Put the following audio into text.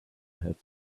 have